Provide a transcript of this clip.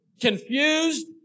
Confused